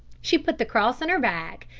she put the cross in her bag,